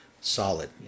solid